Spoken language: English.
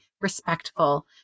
respectful